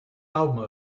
album